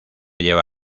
lleva